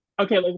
Okay